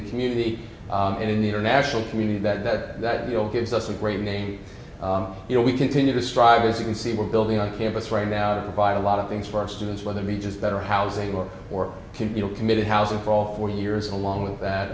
the community and in the international community that that that you know gives us a great name you know we continue to strive as you can see we're building on campus right now to provide a lot of things for our students whether we just better housing or or can you know committed housing for all four years along with that